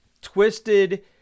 twisted